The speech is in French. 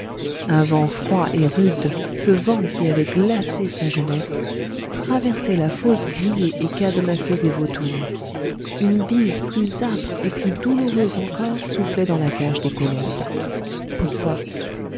un vent froid et rude ce vent qui avait glacé sa jeunesse traversait la fosse grillée et cadenassée des vautours une bise plus âpre et plus douloureuse encore soufflait dans la cage des colombes pourquoi